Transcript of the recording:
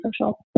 social